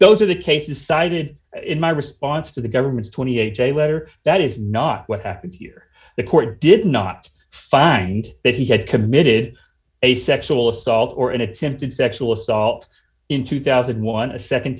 those are the cases cited in my response to the government's twenty eight day letter that is not what happened here the court did not find that he had committed a sexual assault or an attempted sexual assault in two thousand